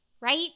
right